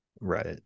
right